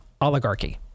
oligarchy